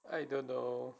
I don't know